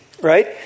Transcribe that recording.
right